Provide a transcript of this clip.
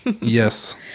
Yes